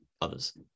others